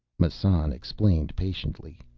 massan explained patiently,